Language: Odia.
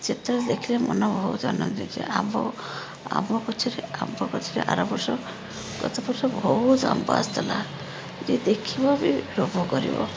ଯେତେଳେ ଦେଖିଲେ ମନ ଭଉତୁ ଆନନ୍ଦିତ ଆମ୍ବ ଆମ୍ବ ଗଛରେ ଆମ୍ବ ଗଛରେ ଆର ବର୍ଷ ଗତ ବର୍ଷ ଭଉତୁ ଆମ୍ବ ଆସିଥିଲା ଯିଏ ଦେଖିବ ବି ଲୋଭ କରିବ